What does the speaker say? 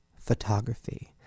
photography